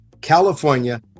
California